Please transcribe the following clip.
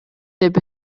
деп